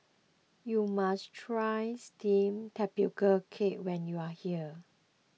you must try Steamed Tapioca Cake when you are here